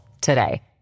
today